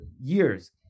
years